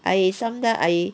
I sometime I